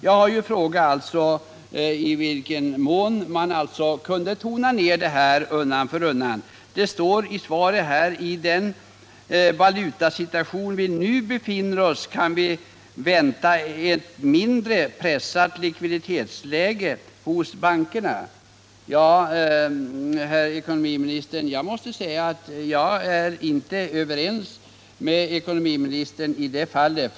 Jag har frågat i vilken mån man skulle kunna tona ned den här inlåningen undan för undan, och i svaret sägs det: ”I den valutasituation vi nu befinner oss i kan vi vänta ett mindre pressat likviditetsläge hos bankerna.” Jag är inte överens med ekonomiministern i det fallet.